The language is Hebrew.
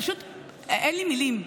פשוט אין לי מילים,